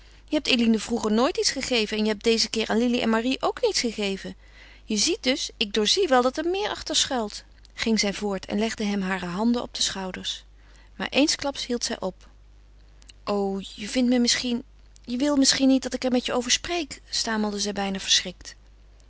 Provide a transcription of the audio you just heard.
je hebt eline vroeger nooit iets gegeven en je hebt dezen keer aan lili en marie ook niets gegeven je ziet dus ik doorzie wel dat er meer achter schuilt ging zij voort en legde hem hare handen op de schouders maar eensklaps hield zij op o je vindt me misschien je wil misschien niet dat ik er met je over spreek stamelde zij bijna verschrikt